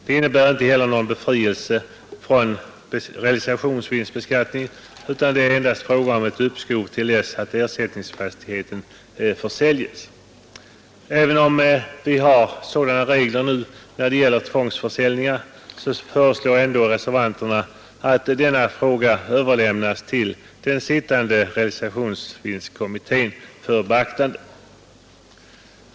Detta innebär inte någon befrielse utan endast ett uppskov med realisationsvinstbeskattningen till dess ersättningsfastigheten försäljes. Även om liknande regler nu gäller vid tvångsförsäljningar, så föreslår ändå reservanterna att denna fråga överlämnas till den sittande realisationsvinstkommittén för beaktande.